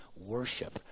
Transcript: worship